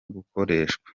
gukoreshwa